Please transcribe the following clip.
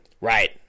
Right